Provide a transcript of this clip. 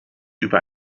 über